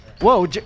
Whoa